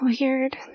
weird